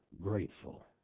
grateful